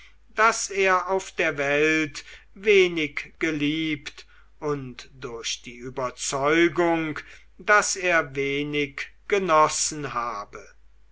daß er auf der welt wenig geliebt und durch die überzeugung daß er wenig genossen habe